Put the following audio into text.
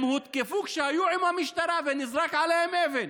הם הותקפו כשהיו עם המשטרה ונזרקה עליהם אבן,